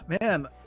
man